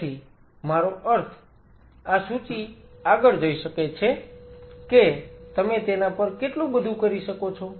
તેથી મારો અર્થ આ સૂચિ આગળ જઈ શકે છે કે તમે તેના પર કેટલું બધું કરી શકો છો